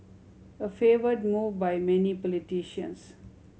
a favoured move by many politicians